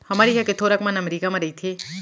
हमर इहॉं के थोरक मन अमरीका म रइथें